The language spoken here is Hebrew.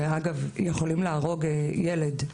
שאגב יכולים להרוג ילד.